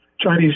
Chinese